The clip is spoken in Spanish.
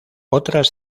otras